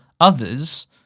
others